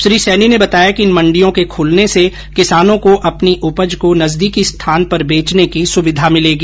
श्री सैनी ने बताया कि इन मंडियों के खुलने से किसानों को अपनी उपज को नजदीकी स्थान पर बेचने की सुविधा मिलेगी